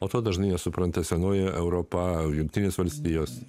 o to dažnai nesupranta senoji europa jungtinės valstijos